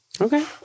Okay